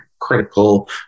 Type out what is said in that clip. critical